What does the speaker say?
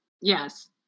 Yes